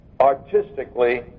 artistically